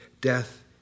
death